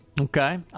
Okay